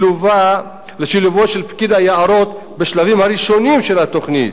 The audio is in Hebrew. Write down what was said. של פקיד היערות בשלבים הראשונים של התוכנית,